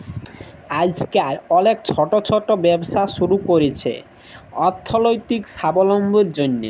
আইজকাল অলেক ছট ছট ব্যবসা ছুরু ক্যরছে অথ্থলৈতিক সাবলম্বীর জ্যনহে